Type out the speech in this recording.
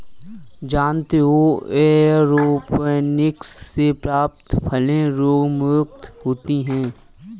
जानते हो एयरोपोनिक्स से प्राप्त फलें रोगमुक्त होती हैं